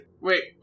Wait